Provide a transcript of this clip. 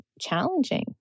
challenging